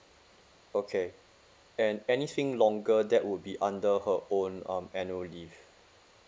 okay and anything longer that would be under her own um annual leave